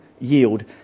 yield